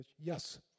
Yes